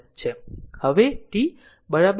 હવે t 0